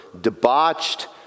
debauched